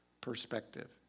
perspective